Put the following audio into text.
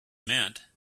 meant